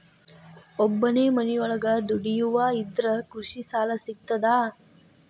ಒಬ್ಬನೇ ಮನಿಯೊಳಗ ದುಡಿಯುವಾ ಇದ್ರ ಕೃಷಿ ಸಾಲಾ ಸಿಗ್ತದಾ?